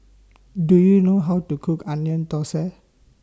Do YOU know How to Cook Onion Thosai